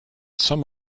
some